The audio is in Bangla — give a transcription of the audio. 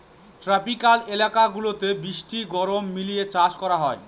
ট্রপিক্যাল এলাকা গুলাতে বৃষ্টি গরম মিলিয়ে চাষ করা হয়